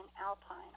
Alpine